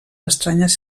estranyes